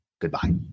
Goodbye